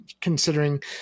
considering